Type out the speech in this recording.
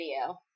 video